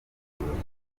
murumva